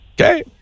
Okay